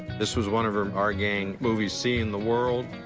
this was one of her our gang movies, seeing the world.